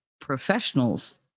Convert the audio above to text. professionals